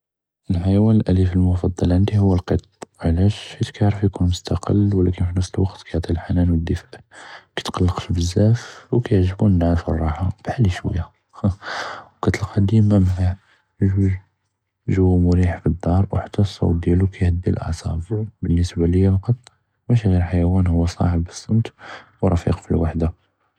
אלחיואן אלאליף אלמופדל עדי הוא אלקט, עלאש؟ כיערף יכון מסתקל ולאכן פי נפס אלوقت יערף יעטי אלחנאן ואלדפء, מא יתקלקש בזאף כיעג'בוני א־נעט'אפה ואלראחה, בחאלי שוייא האהא, ואכאתלקאה דימא מע א־לג'וג, אלג'ו מריח פי א־לדר, אוא חתה א־לסות תاعו מהדא' ל־לאעצאב, באלניסבה לי אלקט מאשי ע'יר חיואן צאחב א־לצמת ורפיק פי אלוחדה.